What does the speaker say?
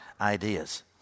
ideas